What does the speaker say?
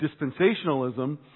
dispensationalism